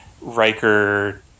Riker